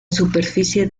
superficie